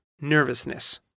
nervousness